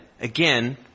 again